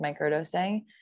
microdosing